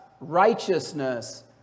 Righteousness